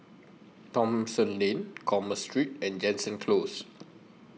Thomson Lane Commerce Street and Jansen Close